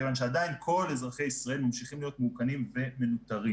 כי עדיין כל אזרחי ישראל ממשיכים להיות מאוכנים ומנוטרים